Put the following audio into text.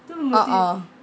uh uh